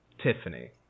Tiffany